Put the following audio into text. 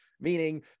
meaning